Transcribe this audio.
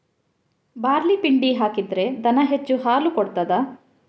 Barley ಪಿಂಡಿ ಹಾಕಿದ್ರೆ ದನ ಹೆಚ್ಚು ಹಾಲು ಕೊಡ್ತಾದ?